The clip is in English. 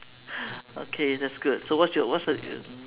okay that's good so what's your what's your